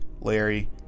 Larry